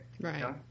Right